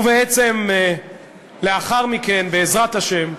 ובעצם לאחר מכן, בעזרת השם,